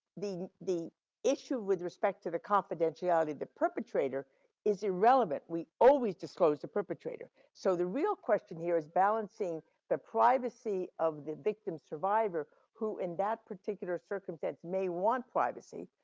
the the issue with respect to the confidentiality, the perpetrator is irrelevant. we always disclose the perpetrator. so, the real question here is balancing the privacy of the victim survivor who in that particular circumstance may want privacy.